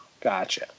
gotcha